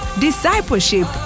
discipleship